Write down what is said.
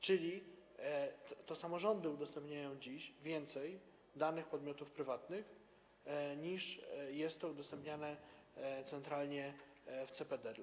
Czyli to samorządy udostępniają dziś więcej danych podmiotów prywatnych, niż jest to udostępniane centralnie w CPD.